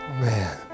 Man